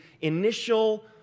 initial